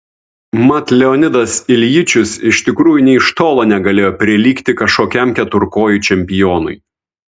mat leonidas iljičius iš tikrųjų nė iš tolo negalėjo prilygti kažkokiam keturkojui čempionui